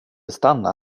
stanna